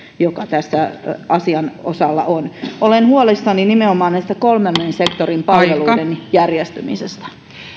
joka tässä asian osalla on olen huolissani nimenomaan näiden kolmannen sektorin palveluiden järjestymisestä